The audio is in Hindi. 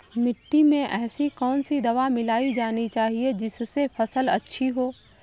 मिट्टी में ऐसी कौन सी दवा मिलाई जानी चाहिए जिससे फसल अच्छी हो?